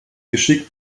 geschick